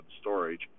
storage